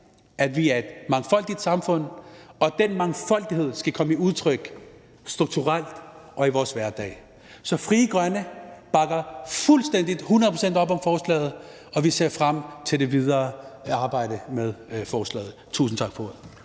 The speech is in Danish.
at vi er et mangfoldigt samfund, og den mangfoldighed skal komme til udtryk strukturelt og i vores hverdag. Så Frie Grønne bakker fuldstændig, hundrede procent op om forslaget, og vi ser frem til det videre arbejde med forslaget. Tusind tak for